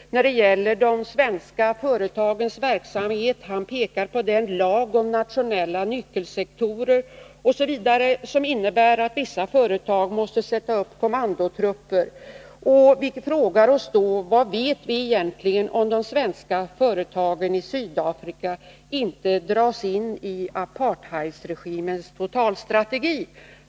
När det gäller de svenska företagens verksamhet pekar herr Hermansson på den lag om nationella nyckelsektorer osv. som innebär att vissa företag måste sätta upp kommandotrupper. Vi frågar oss vad vi egentligen vet om risken för att de svenska företagen kan dras in i apartheidregimens totalstrategi.